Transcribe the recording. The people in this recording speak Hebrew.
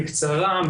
בקצרה,